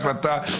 רק החלטה.